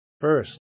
First